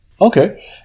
Okay